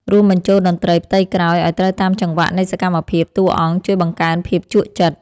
រួមបញ្ចូលតន្ត្រីផ្ទៃក្រោយឱ្យត្រូវតាមចង្វាក់នៃសកម្មភាពតួអង្គជួយបង្កើនភាពជក់ចិត្ត។